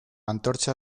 antorcha